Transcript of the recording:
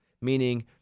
Meaning